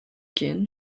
kin